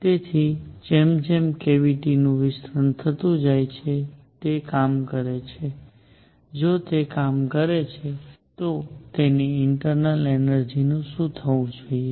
તેથી જેમ જેમ કેવીટી વિસ્તરતું જાય છે તે કામ કરે છે જો તે કામ કરે છે તો તેની ઇન્ટરનલ એનર્જીનું શું થવું જોઈએ